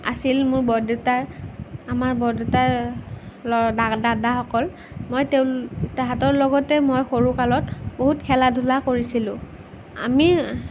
আছিল মোৰ বৰদেউতাৰ আমাৰ বৰদেউতাৰ দাদাসকল মই তাহাঁতৰ লগতে মই সৰুকালত বহুত খেলা ধূলা কৰিছিলোঁ আমি